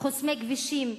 חוסמי כבישים,